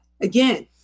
again